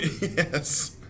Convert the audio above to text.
Yes